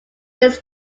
its